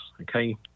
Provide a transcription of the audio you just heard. okay